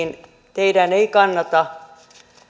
teidän ei kannata